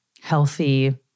healthy